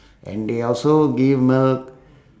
and they also give milk